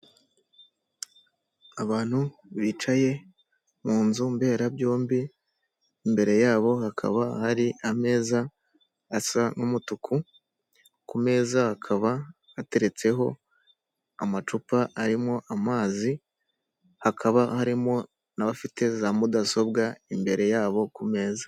Abantu bicaye mu nzu mberabyombi, imbere yabo hakaba hari ameza asa n'umutuku, ku meza hakaba hateretseho amacupa arimo amazi, hakaba harimo n'abafite za mudasobwa imbere yabo ku meza.